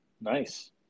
nice